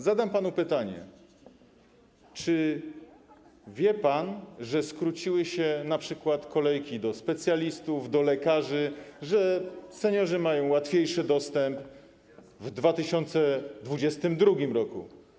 Zadam panu pytanie: Czy wie pan, że skróciły się np. kolejki do specjalistów, do lekarzy, że seniorzy mają łatwiejszy dostęp w 2022 r.